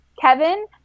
Kevin